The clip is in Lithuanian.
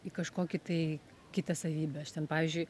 į kažkokį tai kitą savybę aš ten pavyzdžiui